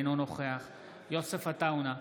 אינו נוכח יוסף עטאונה,